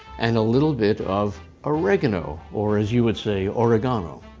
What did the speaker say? and a little bit of oregano, or as you would say, oregano.